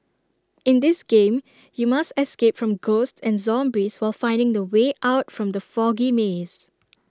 in this game you must escape from ghosts and zombies while finding the way out from the foggy maze